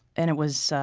and it was